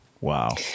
Wow